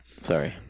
Sorry